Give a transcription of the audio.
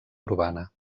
urbana